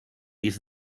discs